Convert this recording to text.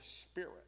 spirit